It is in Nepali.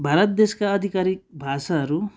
भारत देशका आधिकारिक भाषाहरू